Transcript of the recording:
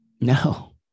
No